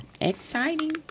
Exciting